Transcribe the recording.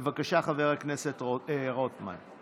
בבקשה, חבר הכנסת רוטמן.